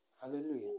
Hallelujah